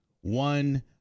one